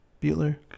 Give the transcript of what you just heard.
Butler